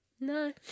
No